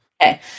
okay